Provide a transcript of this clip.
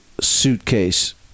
suitcase